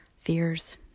fears